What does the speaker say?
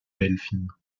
delphine